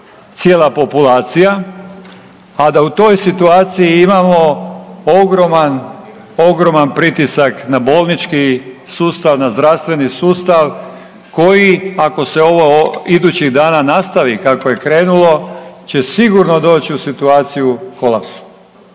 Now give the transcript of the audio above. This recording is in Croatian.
cijela populacija, a da u toj situaciji imamo ogroman, ogroman pritisak na bolnički sustav, na zdravstveni sustav koji ako se ovo idućih dana nastavi kako je krenulo će sigurno doći u situaciju kolapsa.